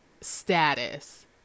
status